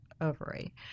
ovary